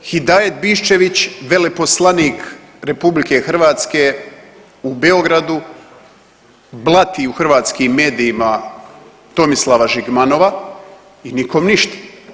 Hidajet Biščević veleposlanik RH u Beogradu blati u hrvatskim medijima Tomislava Žigmanova i nikom ništa.